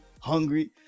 hungry